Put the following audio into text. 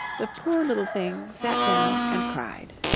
the poor little thing sat down and cried.